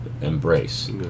embrace